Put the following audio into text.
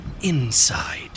Inside